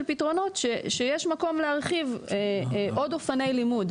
פתרונות שיש מקום להרחיב עוד אופני לימוד.